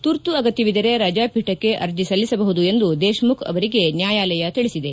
ತುರ್ತು ಅಗತ್ಯವಿದ್ದರೆ ರಜಾಬೀಕಕ್ಕೆ ಅರ್ಜಿ ಸಲ್ಲಿಸಬಹುದು ಎಂದು ದೇಶ್ಮುಖ್ ಅವರಿಗೆ ನ್ಯಾಯಾಲಯ ತಿಳಿಸಿದೆ